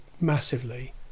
massively